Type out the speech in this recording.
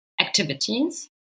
activities